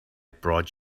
brought